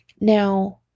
Now